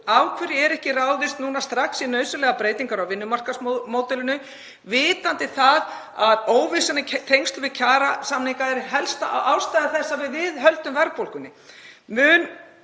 hverju er ekki núna strax ráðist í nauðsynlegar breytingar á vinnumarkaðsmódelinu, vitandi það að óvissan í tengslum við kjarasamninga er helsta ástæða þess að við viðhöldum verðbólgunni?